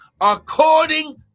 according